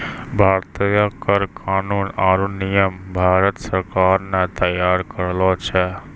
भारतीय कर कानून आरो नियम भारत सरकार ने तैयार करलो छै